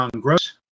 Gross